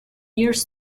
years